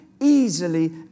Easily